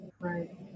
Right